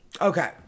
Okay